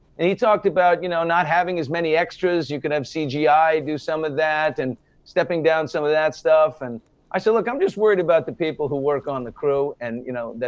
and he talked about, you know, not having as many extras, you could have cgi do some of that and stepping down some of that stuff and i said, look, i'm just worried about the people who work on the crew and, you know, that,